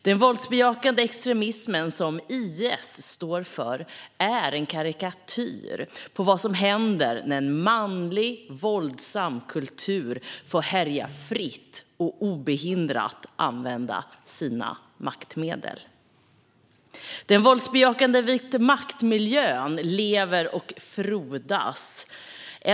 Den våldsbejakande extremism som IS står för är en karikatyr på vad som händer när en manlig våldsam kultur får härja fritt och obehindrat använda sina maktmedel. Den våldsbejakande vitmaktmiljön lever och frodas.